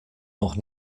noch